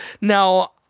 Now